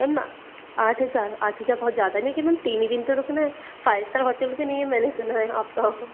ma'am आठ हज़ार आठ हजार बहुत ज़्यादा नहीं कि मैम तीन ही दिन तो रुकना है फ़ाइव इस्टार होटल भी नही है मैंने सुना है आपका